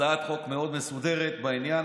הצעת חוק מאוד מסודרת בעניין,